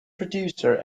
producer